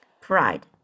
pride